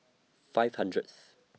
five hundredth